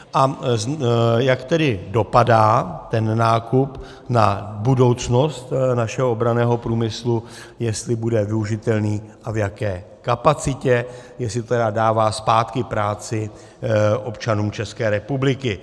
A jak tedy dopadá ten nákup na budoucnost našeho obranného průmyslu, jestli bude využitelný a v jaké kapacitě, jestli tedy dává zpátky práci občanům České republiky.